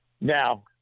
Now